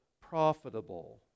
profitable